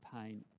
pain